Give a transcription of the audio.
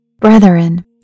Brethren